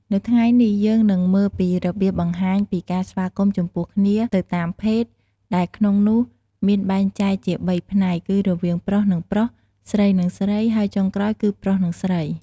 នៅថ្ងៃនេះ យើងនឹងមើលពីរបៀបបង្ហាញពីការស្វាគមន៌ចំពោះគ្នា ទៅតាមភេទ ដែលក្នុងនោះមានបែងចែកជាបីផ្នែកគឺរវាងប្រុស និងប្រុស ស្រី និង ស្រី ហើយចុងក្រោយគឺ ប្រុស និងស្រី។